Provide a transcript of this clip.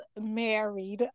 married